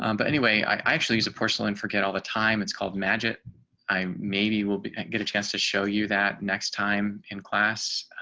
um but anyway, i actually use a porcelain forget all the time. it's called magic i maybe we'll get a chance to show you that next time in class.